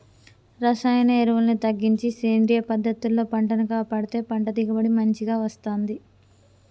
రసాయన ఎరువుల్ని తగ్గించి సేంద్రియ పద్ధతుల్లో పంటను కాపాడితే పంట దిగుబడి మంచిగ వస్తంది